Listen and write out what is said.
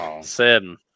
Seven